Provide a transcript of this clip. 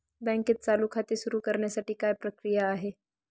बँकेत चालू खाते सुरु करण्यासाठी काय प्रक्रिया आहे?